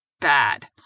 bad